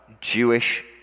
Jewish